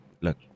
look